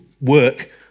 work